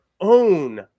own